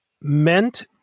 meant